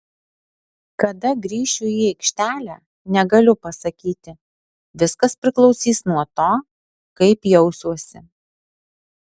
kada grįšiu į aikštelę negaliu pasakyti viskas priklausys nuo to kaip jausiuosi